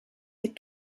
est